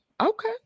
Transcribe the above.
Okay